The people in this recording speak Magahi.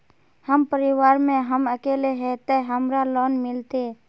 हम परिवार में हम अकेले है ते हमरा लोन मिलते?